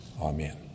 Amen